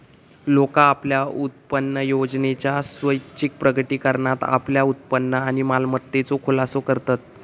लोका आपल्या उत्पन्नयोजनेच्या स्वैच्छिक प्रकटीकरणात आपल्या उत्पन्न आणि मालमत्तेचो खुलासो करतत